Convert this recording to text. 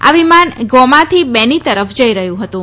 આ વિમાન ગોમાથી બેની તરફ જઈ રહ્યું હતું